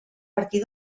partir